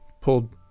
pulled